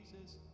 Jesus